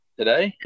Today